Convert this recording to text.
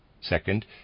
Second